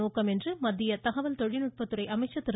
நோக்கம் என்று மத்திய தகவல் தொழில்நுட்பத்துறை அமைச்சர் திரு